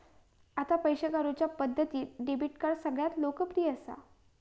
आता पैशे काढुच्या पद्धतींत डेबीट कार्ड सगळ्यांत लोकप्रिय असा